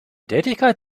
tätigkeit